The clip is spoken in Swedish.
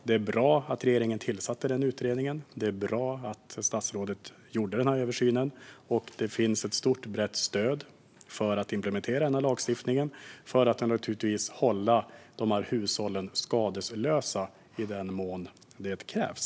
Det är bra att regeringen tillsatte den här utredningen, och det är bra att statsrådet gjorde översynen. Det finns ett stort och brett stöd för att implementera den här lagstiftningen och, naturligtvis, för att hålla dessa hushåll skadeslösa i den mån som krävs.